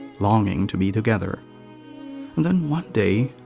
longing to be together. and then one day,